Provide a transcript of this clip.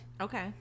Okay